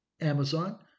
Amazon